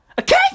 Okay